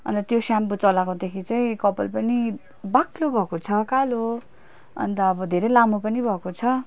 अन्त त्यो स्याम्पू चलाएकोदेखि चाहिँ कपाल पनि बाक्लो भएको छ कालो अन्त अब धेरै लामो पनि भएको छ